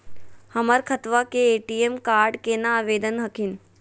हमर खतवा के ए.टी.एम कार्ड केना आवेदन हखिन?